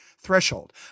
threshold